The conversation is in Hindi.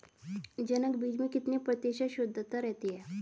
जनक बीज में कितने प्रतिशत शुद्धता रहती है?